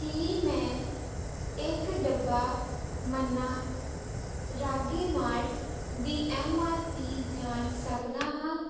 ਕੀ ਮੈਂ ਇੱਕ ਡੱਬਾ ਮੰਨਾ ਰਾਗੀ ਮਾਲਟ ਦੀ ਐੱਮ ਆਰ ਪੀ ਜਾਣ ਸਕਦਾ ਹਾਂ